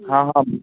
ਹਾਂ ਹਾਂ